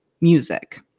music